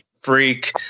freak